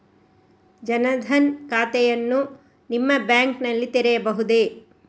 ಜನ ದನ್ ಖಾತೆಯನ್ನು ನಿಮ್ಮ ಬ್ಯಾಂಕ್ ನಲ್ಲಿ ತೆರೆಯಬಹುದೇ?